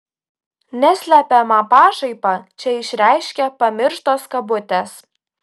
neslepiamą pašaipą čia išreiškia pamirštos kabutės